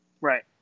Right